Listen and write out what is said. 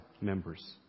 members